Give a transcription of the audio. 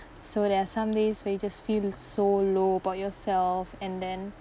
so there are some days where you just feel so low about yourself and then